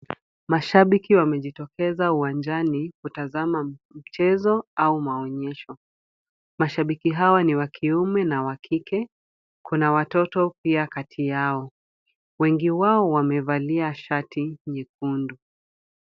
Mashabiki wamejitokeza uwanjani kutazama mchezo au maonyesho. Mashabiki hawa ni wa kiume na wa kike, kuna watoto pia kati yao. Wengi wao wamevalia shati nyekundu.